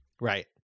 Right